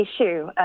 issue